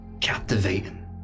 captivating